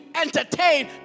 entertain